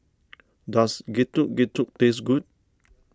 does Getuk Getuk taste good